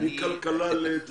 מכלכלה לתפוצות?